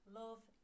love